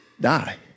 die